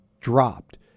dropped